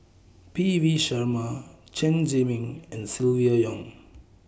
P V Sharma Chen Zhiming and Silvia Yong